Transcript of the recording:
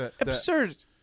absurd